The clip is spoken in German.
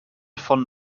von